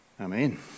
Amen